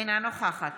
אינה נוכחת